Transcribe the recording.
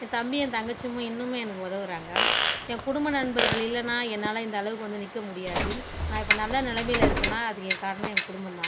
என் தம்பியும் என் தங்கச்சிமும் இன்னுமும் எனக்கு உதவுறாங்க என் குடும்ப நண்பர்கள் இல்லைனா என்னால் இந்த அளவுக்கு வந்து நிற்க முடியாது நான் இப்போ நல்ல நிலமையில இருக்கேனா அதற்கான காரணம் என் குடும்பம்தான்